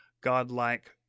godlike